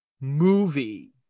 movie